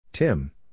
Tim